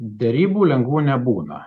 derybų lengvų nebūna